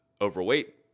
overweight